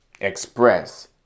express